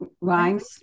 Rhymes